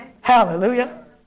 Hallelujah